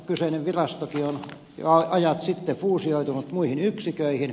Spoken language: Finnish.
kyseinen virastokin on jo ajat sitten fuusioitunut muihin yksiköihin